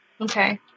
Okay